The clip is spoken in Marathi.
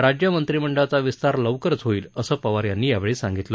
राज्यमंत्रिमंडळाचा विस्तार लवकरच होईल असं पवार यांनी यावेळी सांगितलं